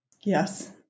Yes